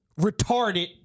retarded